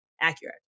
Accurate